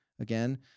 again